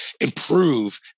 improve